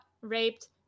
raped